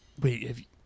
Wait